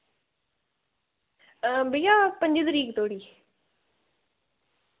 भैया पंजी तरीक धोड़ी